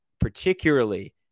particularly